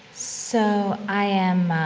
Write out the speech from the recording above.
so, i am,